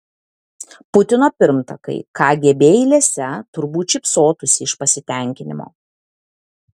putino pirmtakai kgb eilėse turbūt šypsotųsi iš pasitenkinimo